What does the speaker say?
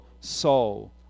soul